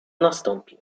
nastąpi